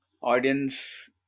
audience